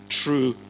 true